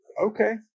Okay